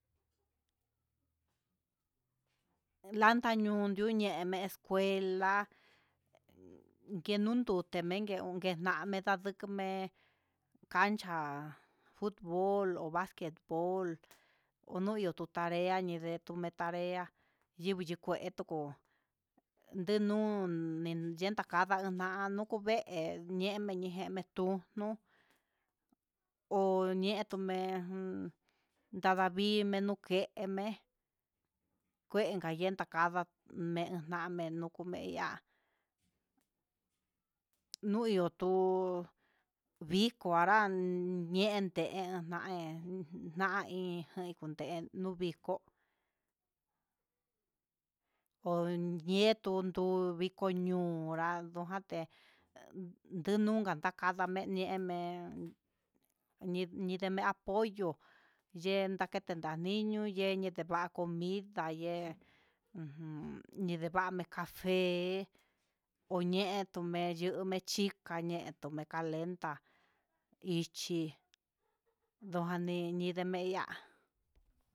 Lanta yuyenme escuela yenduntu tutemenke unke namen ndukemen cancha futbol o basquet bol uñu uu tu tarea he ume tarea yivi yikue tukó yennun yenta kada na'a nuvé ñeme ñeme tu'ú nuu oñe tume'e dadavii nenun kénme kuen inka yenta kada me'en name nuku me'en, ihá nuyu tu'ú viko anra ñende naí, nai jan kuten nuu viko ho ñentutu viko ñoo nrojaté ndununka ndankada menié en men ni nidini'a pollo yenda ndiken nami'í, minu nike ndegua comida ye'e ujun nindevame cafe oñe'e tume yuu mexika ñe'e tume kenda ichi ndoaneñi ideme ihá.